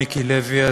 מיקי לוי,